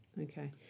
okay